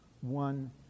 one